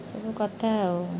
ଏସବୁ କଥା ଆଉ